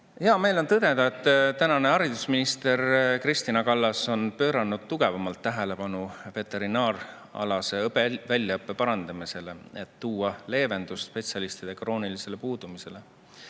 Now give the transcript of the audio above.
meel on tõdeda, et ametis olev haridusminister Kristina Kallas on pööranud tugevamalt tähelepanu veterinaaralase väljaõppe parandamisele, et tuua leevendust spetsialistide kroonilisele puudumisele.